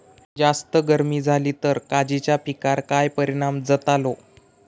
जास्त गर्मी जाली तर काजीच्या पीकार काय परिणाम जतालो?